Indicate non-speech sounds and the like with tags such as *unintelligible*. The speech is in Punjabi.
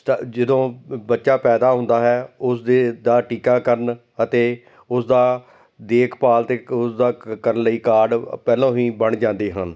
*unintelligible* ਜਦੋਂ ਬੱਚਾ ਪੈਦਾ ਹੁੰਦਾ ਹੈ ਉਸਦੇ ਦਾ ਟੀਕਾਕਰਨ ਅਤੇ ਉਸਦਾ ਦੇਖਭਾਲ ਅਤੇ ਉਸਦਾ ਕਰਨ ਲਈ ਕਾਰਡ ਪਹਿਲੋਂ ਹੀ ਬਣ ਜਾਂਦੇ ਹਨ